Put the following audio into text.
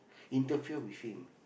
interfere with him